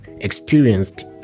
experienced